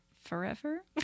forever